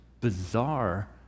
bizarre